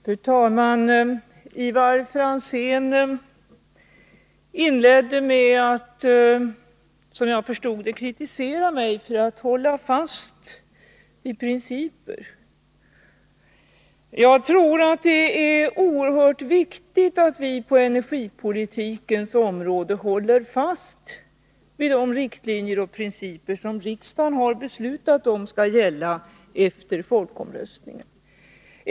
Fru talman! Ivar Franzén inledde med att, om jag förstod rätt, kritisera mig för att hålla fast vid principer. Jag tror att det är oerhört viktigt att vi på energipolitikens område håller fast vid de riktlinjer och principer som riksdagen har beslutat skall gälla efter folkomröstningen.